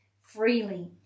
freely